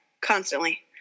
constantly